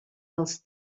els